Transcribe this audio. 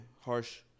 Harsh